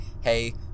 hey